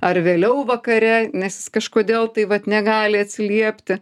ar vėliau vakare nes jis kažkodėl tai vat negali atsiliepti